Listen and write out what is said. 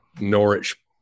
Norwich